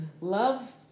Love